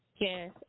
Yes